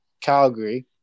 Calgary